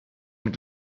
mit